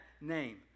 name